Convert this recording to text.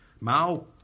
Mao